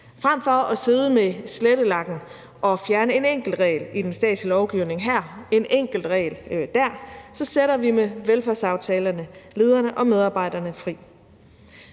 Frem for at sidde med slettelakken og fjerne en enkelt regel i den statslige lovgivning her og en enkelt regel dér sætter vi med velfærdsaftalerne lederne og medarbejderne fri.